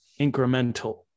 incremental